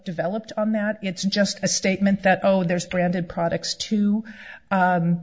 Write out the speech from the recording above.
developed on that it's just a statement that oh there's branded products to